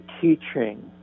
teaching